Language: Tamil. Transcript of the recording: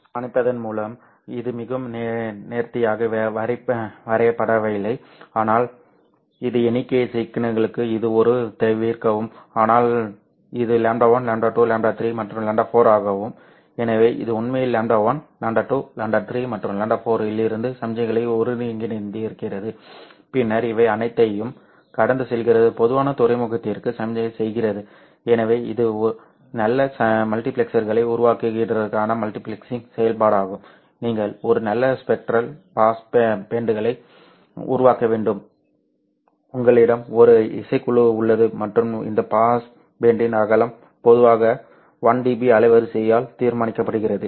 பல மன்னிப்பதன் மூலம் இது மிகவும் நேர்த்தியாக வரையப்படவில்லை ஆனால் எனது எண்ணிக்கை சிக்கல்களுக்கு இது ஒரு தவிர்க்கவும் ஆனால் இது λ1 λ2 λ3 மற்றும் λ4 ஆகும் எனவே இது உண்மையில் λ1 λ2 λ3 மற்றும் λ4 இலிருந்து சமிக்ஞைகளை ஒருங்கிணைக்கிறது பின்னர் இவை அனைத்தையும் கடந்து செல்கிறது பொதுவான துறைமுகத்திற்கு சமிக்ஞை செய்கிறது எனவே இது நல்ல மல்டிபிளெக்சர்களை உருவாக்குவதற்கான மல்டிபிளெக்சிங் செயல்பாடாகும் நீங்கள் ஒரு நல்ல ஸ்பெக்ட்ரல் பாஸ் பேண்டுகளை உருவாக்க வேண்டும் உங்களிடம் ஒரு இசைக்குழு உள்ளது மற்றும் இந்த பாஸ் பேண்டின் அகலம் பொதுவாக 1dB அலைவரிசையால் தீர்மானிக்கப்படுகிறது